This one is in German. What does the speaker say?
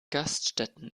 gaststätten